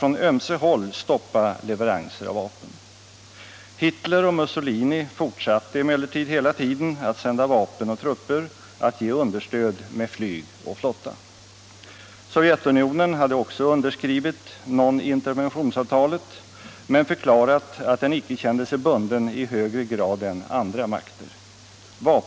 Fascisterna fortsätter sitt terrorvälde mot det spanska folket, fast nu under kunglig mask.